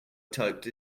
typed